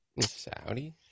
Saudi